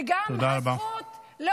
וגם הזכות, תודה רבה.